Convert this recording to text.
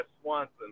Swanson